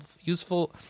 useful